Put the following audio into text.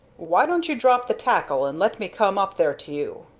why don't you drop the tackle and let me come up there to you?